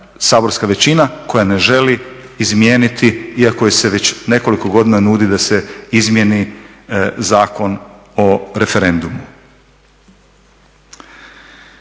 saborska većina koja ne želi izmijeniti iako joj se već nekoliko godina nudi da se izmijeni Zakon o referendumu.